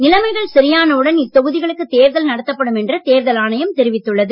நிலைமைகள் சரியான உடன் இத்தொகுதிகளுக்கு தேர்தல் நடத்தப்படும் என்று தேர்தல் ஆணையம் தெரிவித்துள்ளது